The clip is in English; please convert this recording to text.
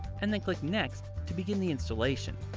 and then click next to begin the installation.